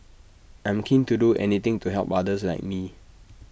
I'm keen to do anything to help others like me